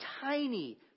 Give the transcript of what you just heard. tiny